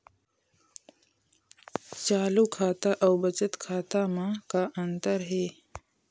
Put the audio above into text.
चालू खाता अउ बचत खाता म का अंतर हे?